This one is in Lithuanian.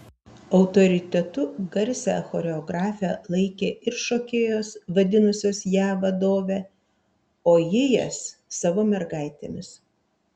autoritetu garsią choreografę laikė ir šokėjos vadinusios ją vadove o ji jas savo mergaitėmis